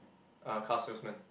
a car salesman